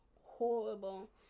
horrible